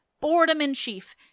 Boredom-in-Chief